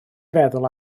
feddwl